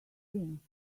think